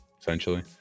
essentially